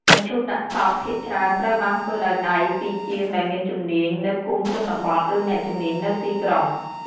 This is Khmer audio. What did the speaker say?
មឈូសដាក់សពភាគច្រើនត្រូវបានធ្វើដោយដៃពីជាងដែលមានជំនាញនៅភូមិជនបទ ឬអ្នកជំនាញនៅទីក្រុង។